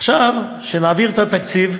עכשיו, כשנעביר את התקציב,